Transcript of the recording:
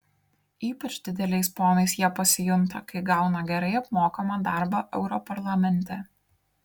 ypač dideliais ponais jie pasijunta kai gauna gerai apmokamą darbą europarlamente